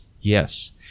Yes